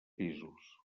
pisos